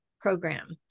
program